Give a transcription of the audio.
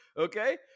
Okay